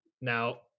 now